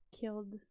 killed